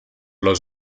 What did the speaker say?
los